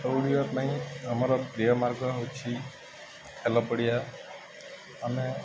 ପାଇଁ ଆମର ପ୍ରିୟ ମାର୍ଗ ହେଉଛି ଖେଲ ପଡ଼ିଆ ଆମେ